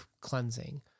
cleansing